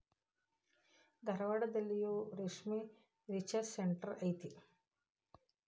ಧಾರವಾಡದಲ್ಲಿಯೂ ರೇಶ್ಮೆ research centre ಐತಿ